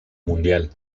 mundial